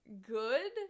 good